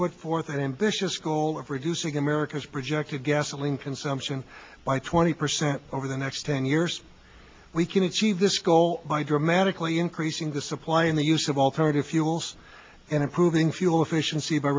put forth an ambitious goal of reducing america's projected gasoline consumption by twenty percent over the next ten years we can achieve this goal by dramatically increasing the supply in the use of alternative fuels and improving fuel efficiency by